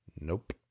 Nope